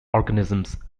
organisms